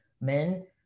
men